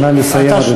נא לסיים,